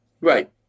right